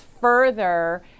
further